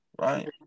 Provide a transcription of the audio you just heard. right